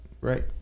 right